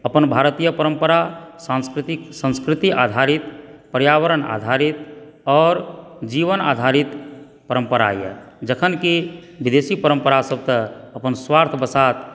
अपन भारतीय परमपर सांस्कृतिक संस्कृति आधारित पर्यावरण आधारित और जीवन आधारित परम्परा यऽ जखन कि विदेशी परम्परा स तऽ आ स्वार्थ बसात